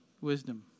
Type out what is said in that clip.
wisdom